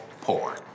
poor